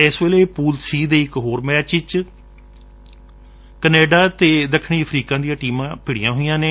ਇਸ ਵੇਲੇ pool C ਦੇ ਇਕ ਹੋਰ ਮੈਚ ਵਿਚ ਕੇਨੈਡਾ ਅਤੇ ਦੱਖਣੀ ਅਫਰੀਕਾ ਦੀਆਂ ਟੀਮਾਂ ਭਿੜੀਆਂ ਹੋਈਆਂ ਨੇ